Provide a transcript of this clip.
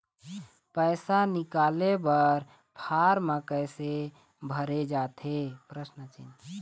पैसा निकाले बर फार्म कैसे भरे जाथे?